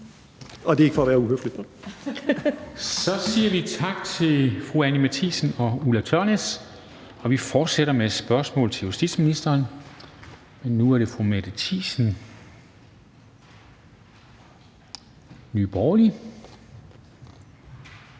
(Henrik Dam Kristensen): Så siger vi tak til fru Anni Matthiesen og fru Ulla Tørnæs. Vi fortsætter med et spørgsmål til justitsministeren, men nu er det fra fru Mette Thiesen, Nye Borgerlige.